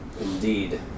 Indeed